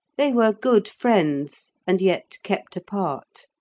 they were good friends, and yet kept apart.